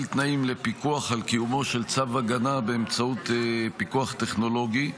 תנאים לפיקוח על קיומו של צו הגנה באמצעות פיקוח טכנולוגי.